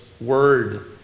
word